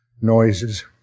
noises